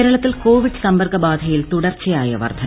കേരളത്തിൽ കോവിഡ് സ്മ്പർക്കബാധയിൽ തുടർച്ചയായ വർദ്ധന